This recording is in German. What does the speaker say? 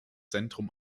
zentrum